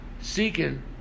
Seeking